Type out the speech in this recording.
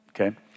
okay